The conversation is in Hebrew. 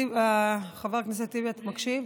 חבר הכנסת טיבי, אתה מקשיב?